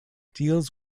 deals